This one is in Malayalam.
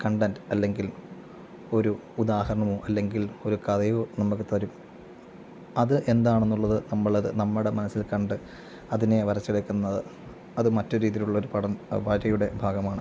കണ്ടൻറ് അല്ലെങ്കിൽ ഒരു ഉദാഹരണമോ അല്ലെങ്കിൽ ഒരു കഥയോ നമുക്ക് തരും അത് എന്താണെന്നുള്ളത് നമ്മൾ അത് നമ്മുടെ മനസ്സിൽ കണ്ട് അതിനെ വരച്ചെടുക്കുന്നത് അത് മറ്റൊരു രീതിയിലുള്ളൊരു പടം വരയുടെ ഭാഗമാണ്